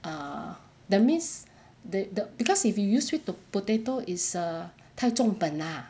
uh that means that the because if you use sweet potato is err 太重本 mah